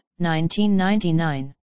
1999